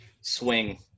Swing